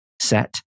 set